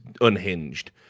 unhinged